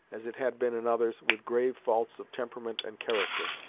as it has been in others, with grave faults of temperament and character.